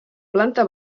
planta